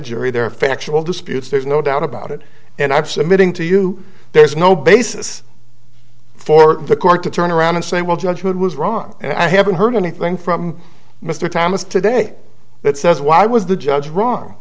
jury there are factual disputes there's no doubt about it and i'm submitting to you there's no basis for the court to turn around and say well judge wood was wrong and i haven't heard anything from mr thomas today that says why was the judge wrong